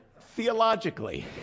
theologically